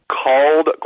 called